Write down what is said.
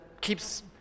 keeps